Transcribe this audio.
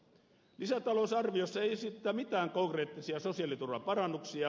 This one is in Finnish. lisätalousarviossa ei esitetä mitään konkreettisia sosiaaliturvan parannuksia